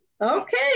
Okay